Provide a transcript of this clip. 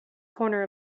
corner